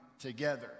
together